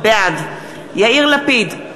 בעד יאיר לפיד,